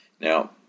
Now